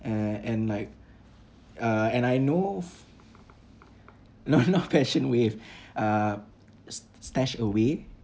uh and like uh and I know f~ no not passion wave uh s~ Stashaway